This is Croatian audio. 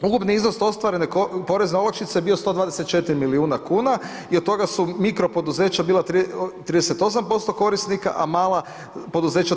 Ukupni iznos ostvarene porezne olakšice je bio 124 milijuna kuna i od toga su mikro poduzeća bila 38% korisnika, a mala poduzeća 30%